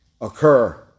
occur